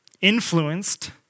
influenced